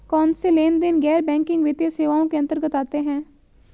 कौनसे लेनदेन गैर बैंकिंग वित्तीय सेवाओं के अंतर्गत आते हैं?